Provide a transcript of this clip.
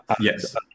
Yes